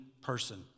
person